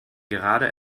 gerade